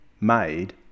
made